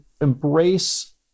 embrace